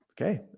Okay